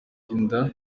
inda